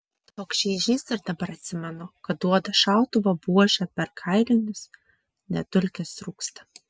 toks žeižys ir dabar atsimenu kad duoda šautuvo buože per kailinius net dulkės rūksta